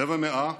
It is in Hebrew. רבע מאה,